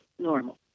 normal